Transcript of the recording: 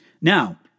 Now